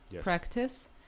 practice